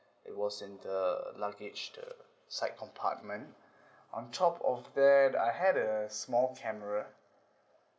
it was in the luggage the side compartment on top of that I had a small camera